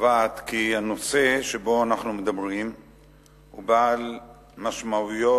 קובעת כי הנושא שבו אנחנו מדברים הוא בעל משמעויות